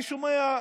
אני שומע,